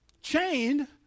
chained